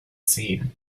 seen